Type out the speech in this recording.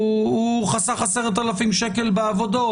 הוא חסך 10,000 שקלים בעבודות,